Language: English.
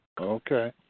Okay